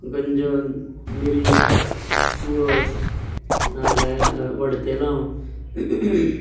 गंजन मिरी तुळस नाजाल्यार वाडटेलांव